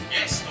Yes